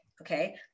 okay